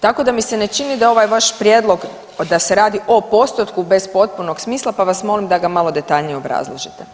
Tako da mi se ne čini da je ovaj vaš prijedlog, da se radi o postotku bez potpunog smisla, pa vas molim da ga malo detaljnije obrazložite.